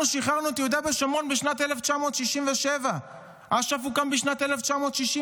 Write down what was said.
אנחנו שחררנו את יהודה ושומרון בשנת 1967 ואש"ף הוקם בשנת 1964,